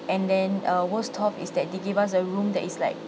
and then uh worst off is that they gave us a room that is like